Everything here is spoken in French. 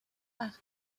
par